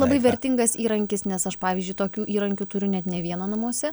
labai vertingas įrankis nes aš pavyzdžiui tokių įrankių turiu net ne vieną namuose